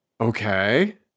Okay